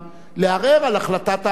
לערער על החלטת ההצמדה,